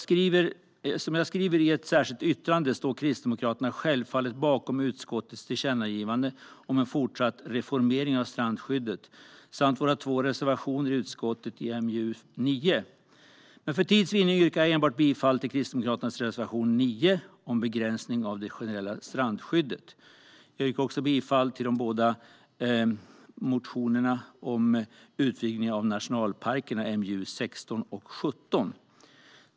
Som jag skriver i ett särskilt yttrande står Kristdemokraterna självfallet bakom utskottets tillkännagivande om en fortsatt reformering av strandskyddet samt våra två reservationer i utskottets betänkande MJU9. Men för tids vinnande yrkar jag bifall endast till Kristdemokraternas reservation 9 om begränsning av det generella strandskyddet. Jag yrkar också bifall till utskottets förslag i de båda betänkandena MJU16 och MJU17 om utvidgning av nationalparkerna.